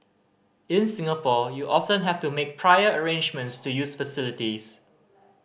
in Singapore you often have to make prior arrangements to use facilities